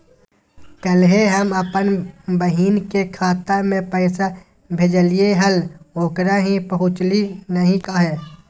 कल्हे हम अपन बहिन के खाता में पैसा भेजलिए हल, ओकरा ही पहुँचलई नई काहे?